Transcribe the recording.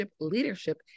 leadership